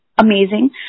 Amazing